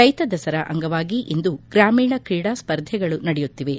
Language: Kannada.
ರೈತ ದಸರಾ ಅಂಗವಾಗಿ ಇಂದು ಗ್ರಾಮೀಣ ಕ್ರೀಡಾ ಸ್ಪರ್ಧೆಗಳು ನಡೆಯುತ್ತಿವೆ